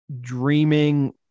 dreaming